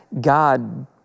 God